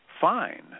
fine